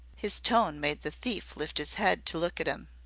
his tone made the thief lift his head to look at him.